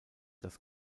das